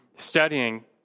studying